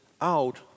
out